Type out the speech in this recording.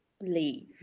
leave